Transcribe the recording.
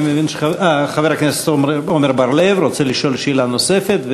חבר הכנסת עמר בר-לב רוצה לשאול שאלה נוספת,